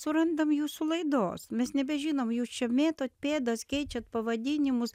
surandam jūsų laidos mes nebežinom jūs čia mėtot pėdas keičiat pavadinimus